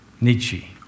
Nietzsche